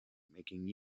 making